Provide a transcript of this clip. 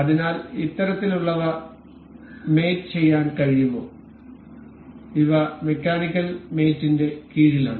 അതിനാൽ ഇത്തരത്തിലുള്ളവ മേറ്റ് ചെയ്യാൻ കഴിയുമോ ഇവ മെക്കാനിക്കൽ മേറ്റ് ന്റെ കീഴിലാണ്